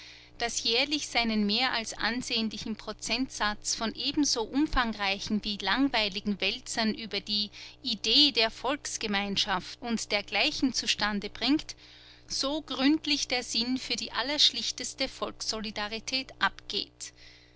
das jährlich seinen mehr als ansehnlichen prozentsatz von ebenso umfangreichen wie langweiligen wälzern über die idee der volksgemeinschaft und dergleichen zustande bringt so gründlich der sinn für die allerschlichteste volkssolidarität abgeht